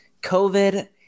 COVID